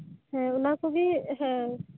ᱦᱮᱸ ᱚᱱᱟ ᱠᱚᱜᱮ ᱦᱮᱸ